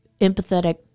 empathetic